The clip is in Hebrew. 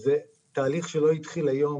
זה תהליך שלא התחיל היום.